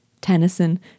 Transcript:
Tennyson